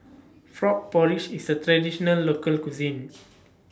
Frog Porridge IS A Traditional Local Cuisine